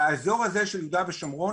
באזור הזה של יהודה ושומרון,